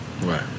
Right